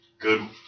good